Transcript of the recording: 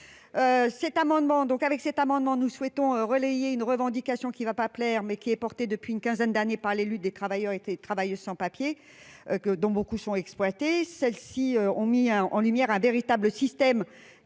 avec cet amendement, nous. Souhaitons relayé une revendication qui ne va pas plaire, mais qui est porté depuis une quinzaine d'années par les luttes des travailleurs été travailleuses sans papiers que dont beaucoup sont exploités, celles-ci ont mis en lumière un véritable système